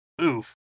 oof